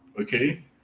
okay